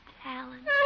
talent